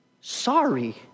sorry